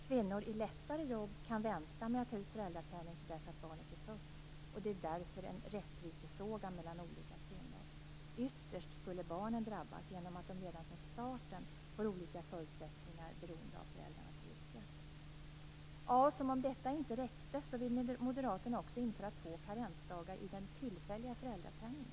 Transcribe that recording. Kvinnor i lättare jobb kan vänta med att ta ut föräldrapenning till dess att barnet är fött. Det är därför en rättvisefråga mellan olika kvinnor. Ytterst skulle barnen drabbas genom att de redan från starten får olika förutsättningar beroende av föräldrarnas yrke. Som om detta inte räckte, vill Moderaterna också införa två karensdagar i den tillfälliga föräldrapenningen.